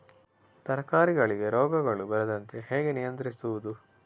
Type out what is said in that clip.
ತರಕಾರಿಗಳಿಗೆ ರೋಗಗಳು ಬರದಂತೆ ಹೇಗೆ ನಿಯಂತ್ರಿಸುವುದು?